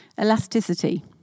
Elasticity